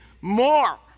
more